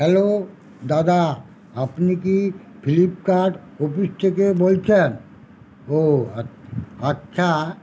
hello দাদা আপনি কি ফ্লিপকার্ট অফিস থেকে বলছেন ও আচ্ছা